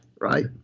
right